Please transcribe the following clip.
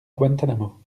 guantanamo